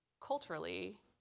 culturally